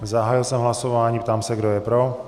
Zahájil jsem hlasování a ptám se, kdo je pro.